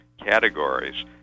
categories